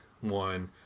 one